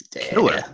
killer